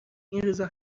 اینروزا